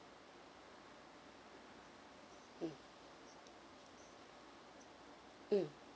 mm mm